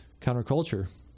Counterculture